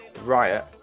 riot